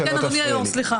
אני מבקש שלא תפריעי לי.